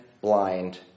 blind